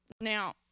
Now